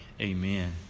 amen